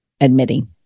admitting